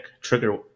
Trigger